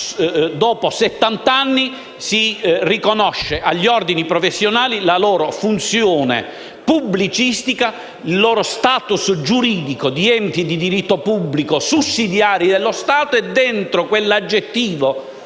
Dopo settant'anni si riconosce agli organi professionali la loro funzione pubblicistica, il loro *status* giuridico di enti di diritto pubblico sussidiari dello Stato. In quell'aggettivo credo